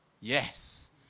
Yes